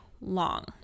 long